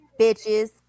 Bitches